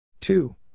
Two